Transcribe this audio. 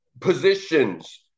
Positions